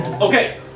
Okay